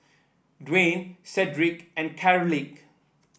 Dwaine Sedrick and Carleigh